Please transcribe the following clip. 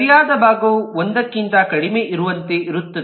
ಸರಿಯಾದ ಭಾಗವು 1 ಕ್ಕಿಂತ ಕಡಿಮೆ ಇರುವಂತೆಯೇ ಇರುತ್ತದೆ